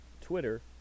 Twitter